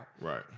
Right